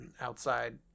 outside